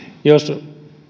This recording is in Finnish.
jos